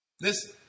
listen